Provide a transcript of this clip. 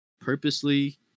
purposely